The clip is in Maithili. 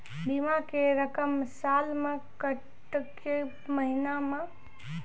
बीमा के रकम साल मे कटत कि महीना मे?